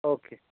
okay